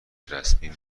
رسمی